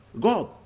God